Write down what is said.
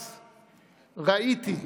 אז ראיתי,